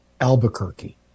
Albuquerque